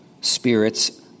spirits